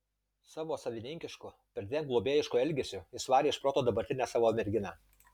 savo savininkišku perdėm globėjišku elgesiu jis varė iš proto dabartinę savo merginą